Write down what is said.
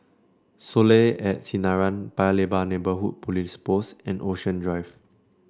Soleil at Sinaran Paya Lebar Neighbourhood Police Post and Ocean Drive